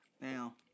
Now